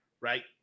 right